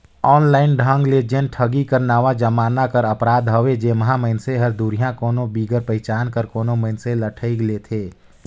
online ढंग ले जेन ठगी हर नावा जमाना कर अपराध हवे जेम्हां मइनसे हर दुरिहां कोनो बिगर पहिचान कर कोनो मइनसे ल ठइग लेथे